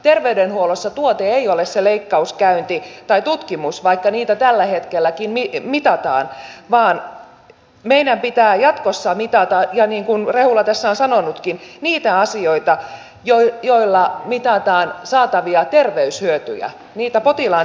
terveydenhuollossa tuote ei ole se leikkauskäynti tai tutkimus vaikka niitä tällä hetkelläkin mitataan vaan meidän pitää jatkossa mitata niin kuin rehula tässä on sanonutkin niitä asioita joilla mitataan saatavia terveyshyötyjä niitä potilaan terveyshyötyjä